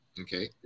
Okay